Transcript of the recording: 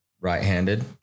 right-handed